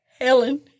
Helen